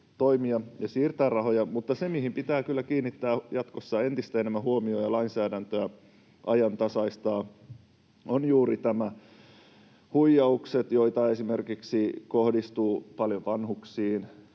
toimia ja siirtää rahoja. Mutta se, mihin pitää kyllä kiinnittää jatkossa entistä enemmän huomiota ja missä pitää lainsäädäntöä ajantasaistaa, on juuri nämä huijaukset, joita kohdistuu paljon esimerkiksi